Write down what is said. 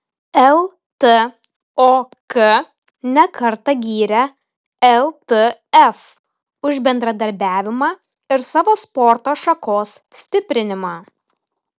ltok ne kartą gyrė ltf už bendradarbiavimą ir savo sporto šakos stiprinimą